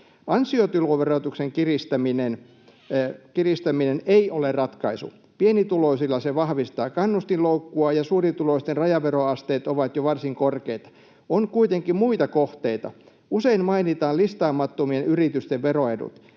Ansiotuloverotuksen kiristäminen ei ole ratkaisu: pienituloisilla se vahvistaa kannustinloukkua, ja suurituloisten rajaveroasteet ovat jo varsin korkeita. On kuitenkin muita kohteita. Usein mainitaan listaamattomien yritysten veroedut.